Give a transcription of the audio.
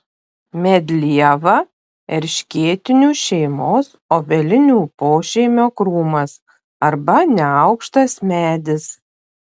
medlieva erškėtinių šeimos obelinių pošeimio krūmas arba neaukštas medis